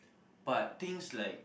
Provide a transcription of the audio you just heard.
but things like